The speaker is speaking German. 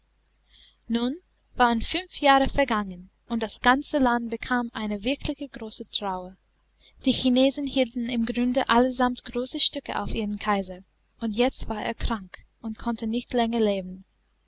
nun waren fünf jahre vergangen und das ganze land bekam eine wirkliche große trauer die chinesen hielten im grunde allesamt große stücke auf ihren kaiser und jetzt war er krank und konnte nicht länger leben